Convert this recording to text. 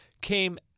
came